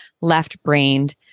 left-brained